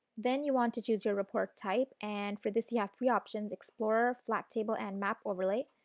then you want to choose your report type and for this you have three options explorer, flat table and map overlay.